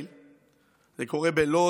זה קורה בגליל,